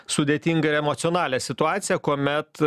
sudėtingą ir emocionalią situaciją kuomet